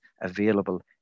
available